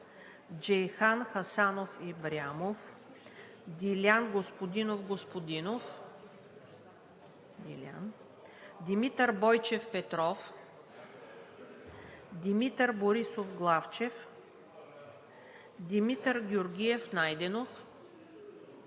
Димитър Бойчев Петров - тук Димитър Борисов Главчев - тук Димитър Георгиев Найденов